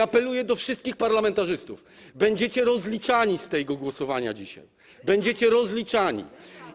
Apeluję do wszystkich parlamentarzystów: będziecie rozliczani z tego głosowania dzisiaj, będziecie rozliczani.